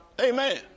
Amen